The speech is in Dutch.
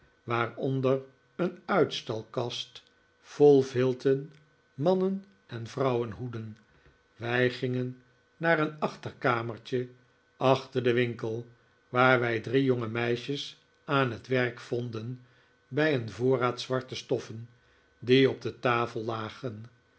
waaronder een uitstalkast vol vilten mannen en vrouwenhoeden wij gingen naar een achterkamertje achter den winkel waar wij drie jonge meisjes aan het werk vonden bij een voorraad zwarte stoffen die op de tafel lagen